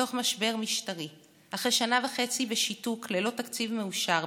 בתוך משבר משטרי אחרי שנה וחצי בשיתוק ללא תקציב מאושר,